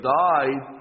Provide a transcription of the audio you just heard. died